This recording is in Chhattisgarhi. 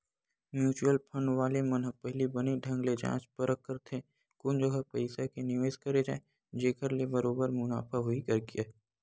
म्युचुअल फंड वाले मन ह पहिली बने ढंग ले जाँच परख करथे कोन जघा पइसा के निवेस करे जाय जेखर ले बरोबर मुनाफा होही कहिके